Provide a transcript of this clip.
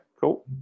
Cool